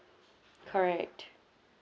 correct